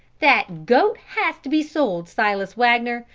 that goat has to be sold, silas wagner,